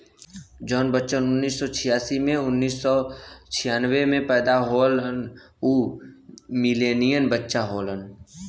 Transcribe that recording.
जौन बच्चन उन्नीस सौ छियासी से उन्नीस सौ छियानबे मे पैदा होलन उ मिलेनियन बच्चा होलन